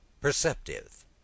perceptive